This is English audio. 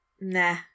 Nah